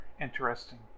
interesting